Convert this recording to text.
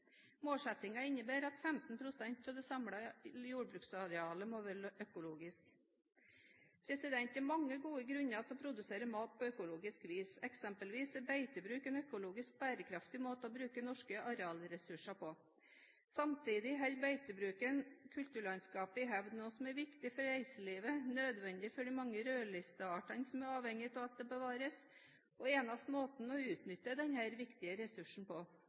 Målsettingen innebærer at 15 pst. av det samlede jordbruksarealet må være økologisk. Det er mange gode grunner til å produsere mat på økologisk vis. Eksempelvis er beitebruk en økologisk bærekraftig måte å bruke norske arealressurser på. Samtidig holder beitebruken kulturlandskapet i hevd, noe som er viktig for reiselivet, nødvendig for de mange rødlisteartene som er avhengig av at kulturlandskapet bevares, og den eneste måten å utnytte denne viktige ressursen på.